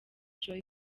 joy